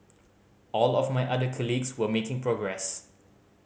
all of my other colleagues were making progress